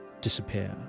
disappear